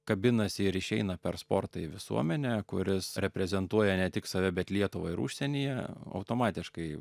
kabinasi ir išeina per sportą į visuomenę kuris reprezentuoja ne tik save bet lietuvą ir užsienyje automatiškai